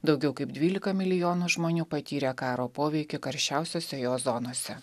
daugiau kaip dvylika milijonų žmonių patyrė karo poveikį karščiausiose jo zonose